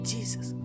Jesus